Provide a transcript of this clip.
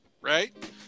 right